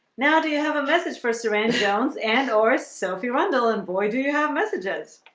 now, do you have a message for saran jones and or so if you run the land boy, do you have messages?